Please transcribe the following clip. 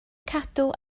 cadw